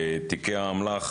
בתיקי האמל"ח,